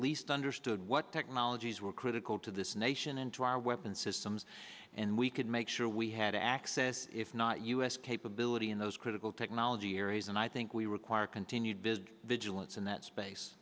least understood what technologies were critical to this nation and to our weapons systems and we could make sure we had access if not us capability in those critical technology areas and i think we require continued big vigilance in that space